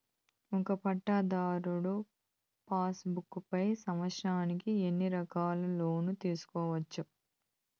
ఒక పట్టాధారు passbook పై సంవత్సరానికి ఎన్ని సార్లు లోను తీసుకోవచ్చు?